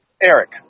Eric